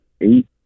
Eight